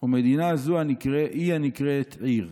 ומדינה זו היא הנקראת עיר".